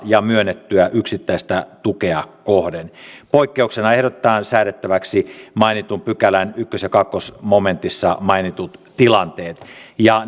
ja myönnettyä yksittäistä tukea kohden poikkeuksena ehdotetaan säädettäväksi mainitun pykälän yksi ja kaksi momentissa mainitut tilanteet ja